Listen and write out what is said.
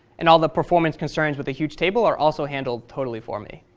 and all the performance concerns with the huge table are also handled totally for me.